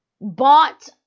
bought